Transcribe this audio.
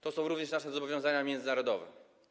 To są również nasze zobowiązania międzynarodowe.